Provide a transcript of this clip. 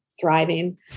thriving